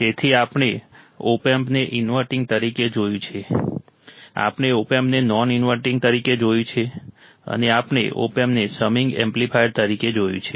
તેથી આપણે ઓપએમ્પ ને ઈન્વર્ટીંગ તરીકે જોયું છે આપણે ઓપએમ્પને નોન ઈન્વર્ટીંગ તરીકે જોયું છે અને આપણે ઓપએમ્પને સમીંગ એમ્પ્લીફાયર તરીકે જોયું છે